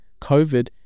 COVID